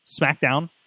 SmackDown